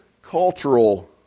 Cultural